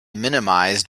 minimized